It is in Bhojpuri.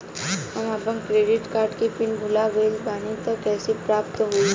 हम आपन क्रेडिट कार्ड के पिन भुला गइल बानी त कइसे प्राप्त होई?